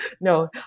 No